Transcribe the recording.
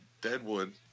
Deadwood